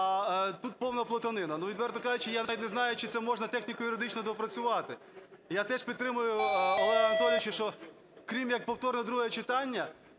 тут повна плутанина. Відверто кажучи, я навіть не знаю, чи це можна техніко-юридично доопрацювати. І я теж підтримую Олега Анатолійовича, що, крім як повторне друге читання,